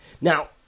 Now